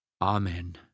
Amen